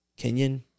Kenyan